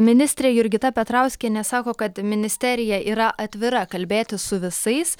ministrė jurgita petrauskienė sako kad ministerija yra atvira kalbėtis su visais